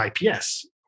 IPS